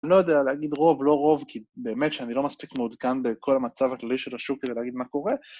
אני לא יודע להגיד רוב, לא רוב, כי באמת שאני לא מספיק מעודכן בכל המצב הכללי של השוק כדי להגיד מה קורה.